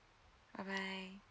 bye bye